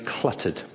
cluttered